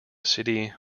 city